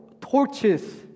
torches